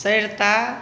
Sarita